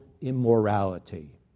immorality